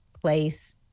place